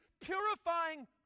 purifying